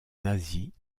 nazie